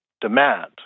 demand